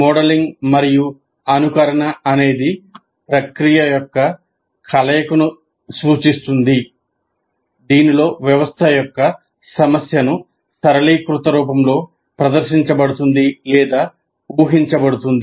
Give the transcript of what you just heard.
modelling మరియు అనుకరణ అనేది ప్రక్రియ యొక్క కలయికను సూచిస్తుంది దీనిలో వ్యవస్థ యొక్క సమస్యను సరళీకృత రూపంలోప్రదర్శించబడుతుంది లేదా ఊహించబడుతుంది